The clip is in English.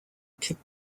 kept